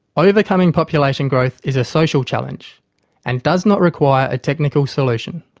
overcoming population growth is a social challenge and does not require a technical solution.